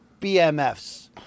BMFs